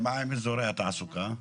ומה עם אזורי התעסוקה?